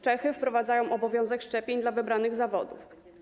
Czechy wprowadzają obowiązek szczepień dla wybranych zawodów.